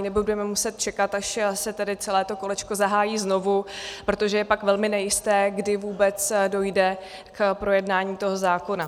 Nebo budeme muset čekat, až se celé to kolečko zahájí znovu, protože je pak velmi nejisté, kdy vůbec dojde k projednání toho zákona.